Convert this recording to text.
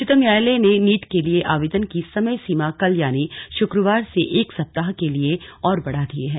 उच्चतम न्यायालय ने नीट के लिए आवेदन की समय सीमा कल यानी शुक्रवार से एक सप्ताह के लिए और बढ़ा दी है